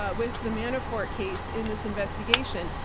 ah with the manafort case in this investigation.